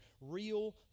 real